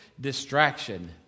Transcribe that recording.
distraction